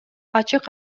ачык